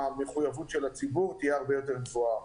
המחויבות של הציבור תהיה הרבה יותר גבוהה.